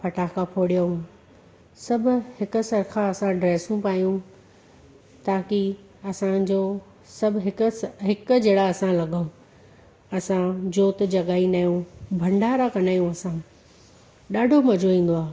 पटाखा फोड़ियूं सभु हिक शइ खां असां ड्रेसूं पायूं ताक़ी असांजो सभु हिक हिक जहिड़ा असां लॻूं असां जोत जॻाईंदा आहियूं भंडारा कंदा आहियूं असां ॾाढो मज़ो ईंदो आहे